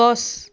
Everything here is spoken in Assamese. গছ